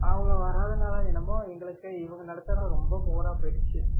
அவங்க வராததனால என்னமோ எங்களுக்கு இவங்க நடத்துறது ரொம்ப போராக போய்டிச்சி